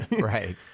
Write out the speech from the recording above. right